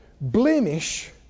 blemish